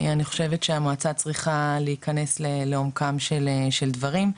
אני חושבת שהמועצה צריכה להיכנס לעומקם של דברים,